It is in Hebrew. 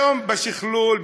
היום בשקלול,